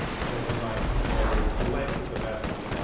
and so they might control the length of the vessel,